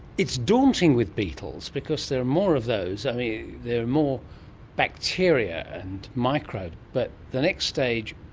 it's daunting with beetles because there are more of those. i mean, there are more bacteria and microbes, but the next stage.